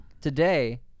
Today